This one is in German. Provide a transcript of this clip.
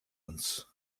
uns